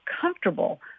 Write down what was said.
comfortable